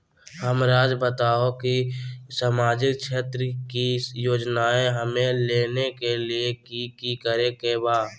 हमराज़ बताओ कि सामाजिक क्षेत्र की योजनाएं हमें लेने के लिए कि कि करे के बा?